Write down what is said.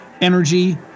energy